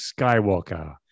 Skywalker